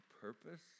purpose